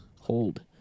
hold